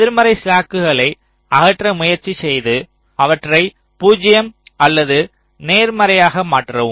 எதிர்மறை ஸ்லாக்குகளை அகற்ற முயற்சி செய்து அவற்றை 0 அல்லது நேர்மறையாக மாற்றவும்